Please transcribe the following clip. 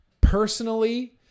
personally